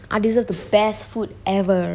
I deserve the best food ever